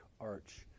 arch